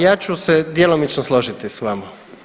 Ja ću se djelomično složiti sa vama.